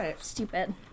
stupid